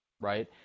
right